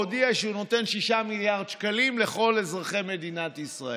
הודיע שהוא נותן 6 מיליארד שקלים לכל אזרחי מדינת ישראל.